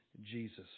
Jesus